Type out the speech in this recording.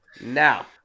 now